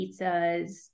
pizzas